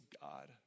God